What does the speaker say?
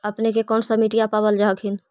अपने के कौन सा मिट्टीया पाबल जा हखिन?